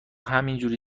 همینجور